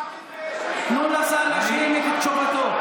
תנו לשר להשלים את תשובתו.